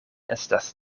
estas